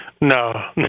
No